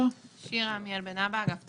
מי שירצה יוכל והוא גם יכול